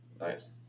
Nice